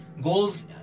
goals